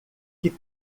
que